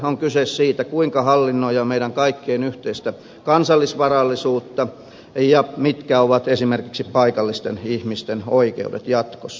on kyse siitä kuinka hallinnoidaan meidän kaikkien yhteistä kansallisvarallisuuttamme ja mitkä ovat esimerkiksi paikallisten ihmisten oikeudet jatkossa